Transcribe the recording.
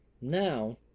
Now